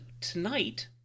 tonight